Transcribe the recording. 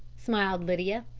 smiled lydia.